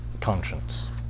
conscience